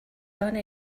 done